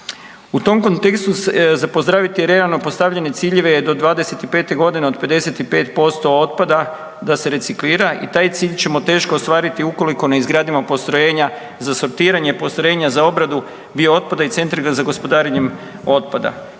U tom kontekstu za pozdraviti je realno postavljanje ciljeva do '25.g. od 55% otpada da se reciklira i taj cilj ćemo teško ostvariti ukoliko ne izgradimo postrojenja za sortiranje, postrojenja za obradu biootpada i centre za gospodarenje otpada.